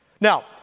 Now